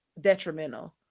detrimental